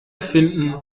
finden